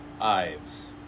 Ives